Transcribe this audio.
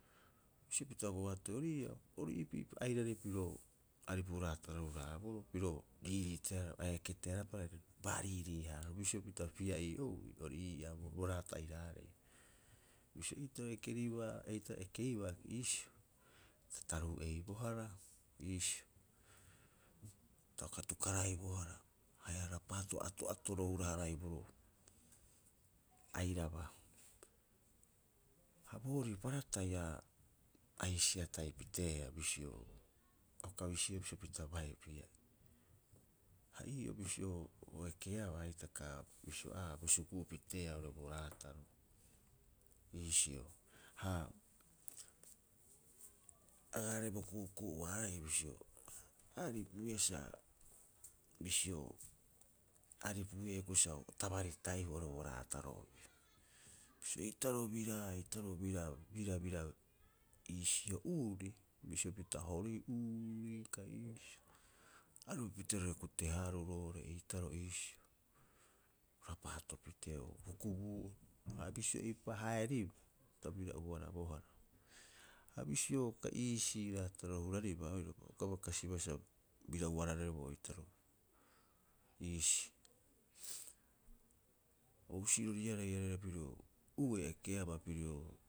Bisio pita boatoi ori iipii airari piro, aripu raataro hara- haaboroo. Piro riiriitea a eketearaapa are baariirii- haaraaro, bisio pita pia'ii ou'i, ori ii'aa bo raata airaarei. Bisio eitaroo ekeribaa, eitaroo ekeibaa iisio. Ta taruu'eibohara iisio, ta uka atukaraibohara, haia rapaato ato'atoro a hura- haraiboroo airaba. Ha boorii paratai a- a hisi'atahi piteea bisio, uka bisio bisio pita bai pia'ii. Ha ii'oo bisio o ekeabaa hitaka bisio aa a bo suku'u piteea oo'ore bo raataro, iisio. Ha agaarei bo ku'uku'u'uaarei bisio, a aripuiaa sa bisio, aripuia hioko'i sa o tabari tahihue oo'ore bo raataro'obi. Bisio eitarop biraa eitaroo biraa, biraa, biraa iisio uuri, bisio pita hori'uuri kai iisio. Aripupita roiraae kute- haaruu roo'ore eitaroo iisio. O rapaato pitee o bo hukubuu'obi. Ha bisio eipa haeribaa, ta bira ubarabohara. Ha bisio uka iisii raataro huraribaa roiraba, a uka bai kasibaa sa bira ubarareboo eitaroo, iisii. Bo husiroriare airare pirio uei ekeaba pirio.